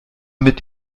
mit